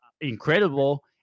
incredible